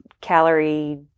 calorie